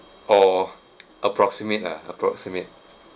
or approximate lah approximate